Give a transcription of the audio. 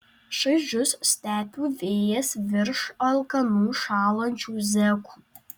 šaižus stepių vėjas virš alkanų šąlančių zekų